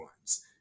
ones